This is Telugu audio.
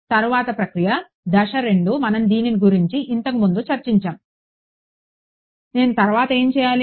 తరువాత ప్రక్రియ దశ 2 మనం దీని గురించి ఇంతకు ముందు చర్చించాము నేను తరువాత ఏమి చేయాలి